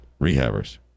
rehabbers